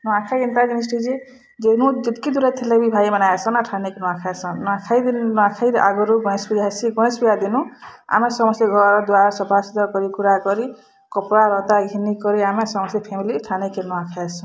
ନୂଆଁଖାଇ ଏନ୍ତା ଜିନିଷ୍ ଟେ ଯେ ଯେନୁ ଯେତ୍କି ଦୂରେ ଥିଲେ ବି ଭାଇମାନେ ଆଇସନ୍ ନୂଆଁ ଖାଇସନ୍ ନୂଆଁଖାଇ ନୂଆଁଖାଇରେ ଆଗୁରୁ ଗଣେଶ୍ ପୂଜା ହେଇସି ଗଣେଶ୍ ପୂଜା ଦିନୁ ଆମେ ସମସ୍ତେ ଘର୍ ଦ୍ୱାର୍ ସଫା ସୁତର୍ କରି କୁରା କରି କପଡ଼ା ଲତା ଘିନି କରି ଆମେ ସମସ୍ତେ ଫ୍ୟାମିଲି ଠାଣ୍ କେ ନୂଆଁ ଖାଇସୁଁ